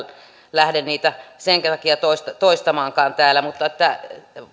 lähde niitä sen sen takia toistamaankaan täällä että